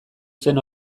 zen